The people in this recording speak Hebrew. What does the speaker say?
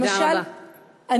תודה רבה.